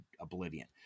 oblivion